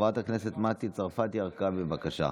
חברת הכנסת מטי צרפתי הרכבי, בבקשה.